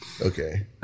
Okay